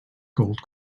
gold